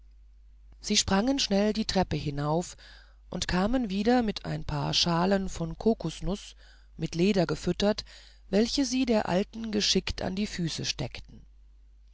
sie sprangen schnell die treppe hinauf und kamen wieder mit ein paar schalen von kokosnuß mit leder gefüttert welche sie der alten geschickt an die füße steckten